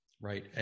right